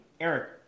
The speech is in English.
Eric